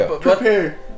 Prepare